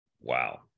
Wow